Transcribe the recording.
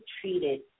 treated –